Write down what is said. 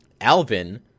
Alvin